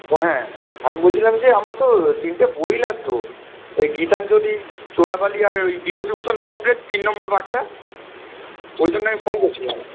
ও হ্যাঁ আমি বলছিলাম যে আমার তো তিনটে বই লাগত ওই গীতাঞ্জলি চোরাবালি আর ওই বিভূতিভূষণ সমগ্রের তিন নম্বর পার্টটা ওই জন্য আমি ফোন করছিলাম